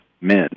men